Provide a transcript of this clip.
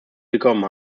willkommen